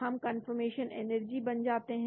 हम conformation energy जान सकते हैं